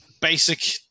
basic